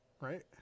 Right